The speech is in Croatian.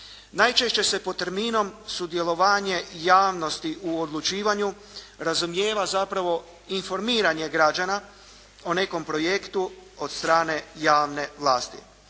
Najčešće se pod terminom sudjelovanje javnosti u odlučivanju razumijeva zapravo informiranje građana o nekom projektu od strane javne vlasti.